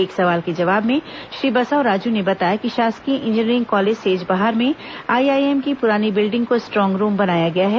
एक सवाल के जवाब में श्री बसवराजू ने बताया कि शासकीय इंजीनियरिंग कॉलेज सेजबहार में आईआई एम की पुरानी बिल्डिंग को स्ट्रांग रूम बनाया गया है